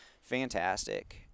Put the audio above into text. fantastic